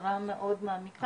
בצורה מאוד מעמיקה.